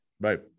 right